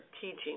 teaching